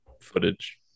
footage